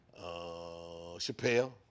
Chappelle